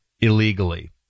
illegally